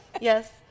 Yes